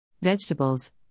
Vegetables